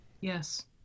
Yes